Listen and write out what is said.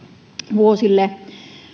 vuosille